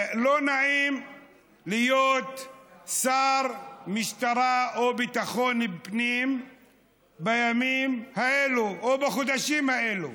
לא נעים להיות שר משטרה או ביטחון פנים בימים האלה או בחודשים האלה.